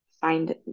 find